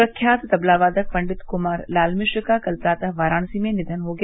प्रख्यात तबला वादक पंडित कृमार लाल मिश्र का कल प्रातः वाराणसी में निधन हो गया